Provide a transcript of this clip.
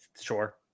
sure